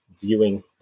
viewing